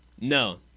No